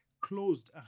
closed